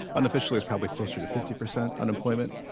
unofficially, it's probably closer to fifty percent unemployment.